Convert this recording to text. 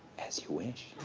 as you wish.